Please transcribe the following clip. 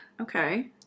Okay